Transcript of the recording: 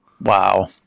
Wow